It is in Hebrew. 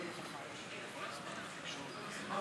בעד,